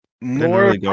More